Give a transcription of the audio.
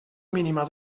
mínima